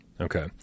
okay